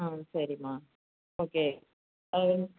ம் சரிமா ஓகே